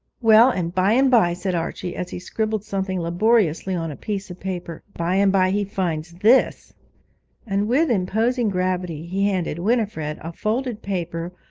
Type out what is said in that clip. well, and by-and-by said archie, as he scribbled something laboriously on a piece of paper, by-and-by he finds this and with imposing gravity he handed winifred a folded paper,